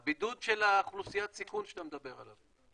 הבידוד שלא אוכלוסיית סיכון שאתה מדבר עליו.